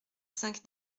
cinq